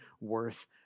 worth